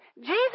Jesus